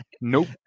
nope